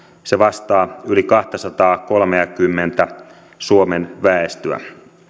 se vastaa yli kahtasataakolmeakymmentä suomen väestöä